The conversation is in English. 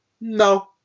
No